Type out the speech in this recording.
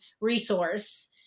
resource